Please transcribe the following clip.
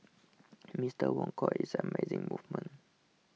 Mister Wong called it an amazing moment